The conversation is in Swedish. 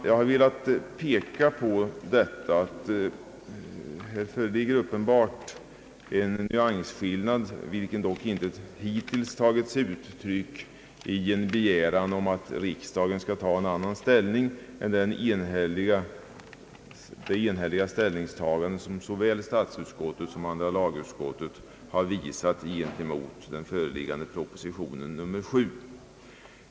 Jag har velat peka på att här uppenbarligen föreligger en nyansskillnad, vilken dock icke hittills tagit sig uttryck i en begäran att riksdagen skall ta en annan ställning än statsutskottet och andra lagutskottet gjort i fråga om propositionen nr 7.